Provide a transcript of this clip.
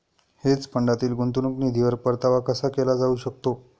Hedge फंडातील गुंतवणूक निधीवर परतावा कसा केला जाऊ शकतो?